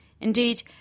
Indeed